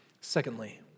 Secondly